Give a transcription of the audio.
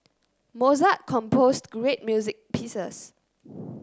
Mozart composed great music pieces